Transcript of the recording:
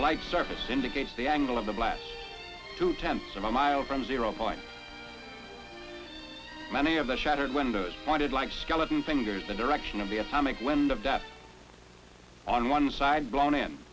light surface indicates the angle of the blast two tenths of a mile from zero point many of the shattered windows pointed like skeleton fingers the direction of the atomic wind of death on one side blown in